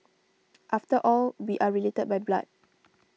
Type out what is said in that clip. after all we are related by blood